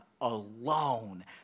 alone